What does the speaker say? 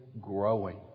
growing